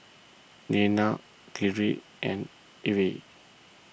Deanna Kyree and Ivey